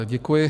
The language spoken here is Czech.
Děkuji.